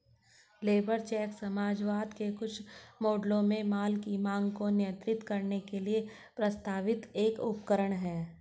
labour cheque समाजवाद के कुछ मॉडलों में माल की मांग को नियंत्रित करने के लिए प्रस्तावित एक उपकरण है